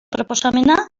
proposamena